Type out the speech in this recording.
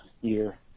year